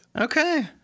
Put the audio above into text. Okay